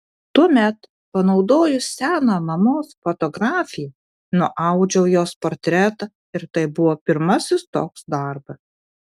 tuomet panaudojus seną mamos fotografiją nuaudžiau jos portretą ir tai buvo pirmasis toks darbas